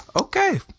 Okay